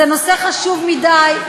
זה נושא חשוב מדי,